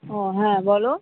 ও হ্যাঁ বলো